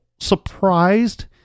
surprised